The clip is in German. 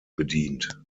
bedient